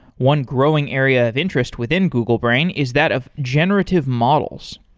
one growing area of interest within google brain is that of generative models.